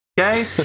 okay